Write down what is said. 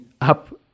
up